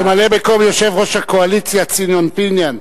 ממלא-מקום יושב-ראש הקואליציה ציון פיניאן,